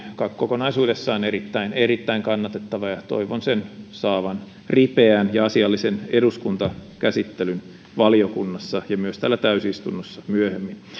kokonaisuudessaan erittäin erittäin kannatettava ja toivon sen saavan ripeän ja asiallisen eduskuntakäsittelyn valiokunnassa ja myös täällä täysistunnossa myöhemmin